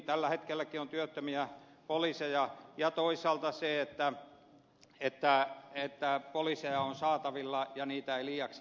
tällä hetkelläkin on työttömiä poliiseja ja toisaalta se että tietää että oli poliiseja on saatavilla ja heitä ei pidä liiaksi keskittää